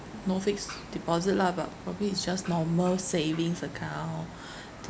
no fixed deposit lah but probably is just normal savings account